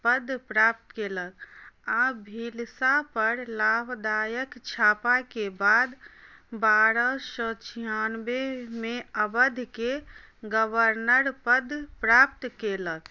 पद प्राप्त केलक आ भिलसा पर लाभदायक छापा के बाद बारह सए छियानबे मे अवधके गवर्नर पद प्राप्त केलक